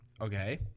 Okay